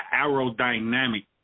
aerodynamic